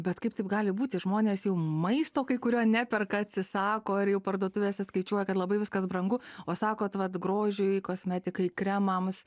bet kaip taip gali būt jei žmonės jau maisto kai kurio neperka atsisako ir jau parduotuvėse skaičiuoja kad labai viskas brangu o sakot vat grožiui kosmetikai kremams